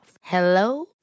Hello